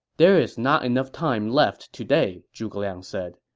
there's not enough time left today, zhuge liang said.